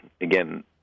again